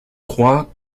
crois